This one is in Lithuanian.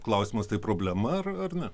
klausimas tai problema ar ar ne